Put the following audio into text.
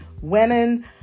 Women